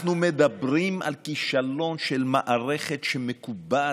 אנחנו מדברים על כישלון של מערכת שמקובעת,